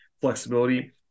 flexibility